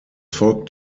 folgt